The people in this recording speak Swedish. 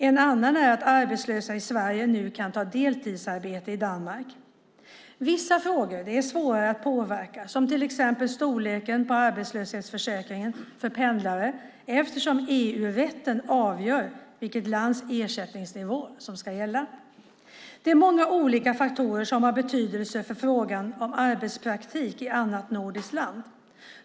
Ett annat är att arbetslösa i Sverige nu kan ta deltidsarbete i Danmark. Vissa frågor är svårare att påverka, till exempel storleken på arbetslöshetsförsäkringen för pendlare, eftersom EU-rätten avgör vilket lands ersättningsnivå som ska gälla. Det är många olika faktorer som har betydelse för frågan om arbetspraktik i annat nordiskt land.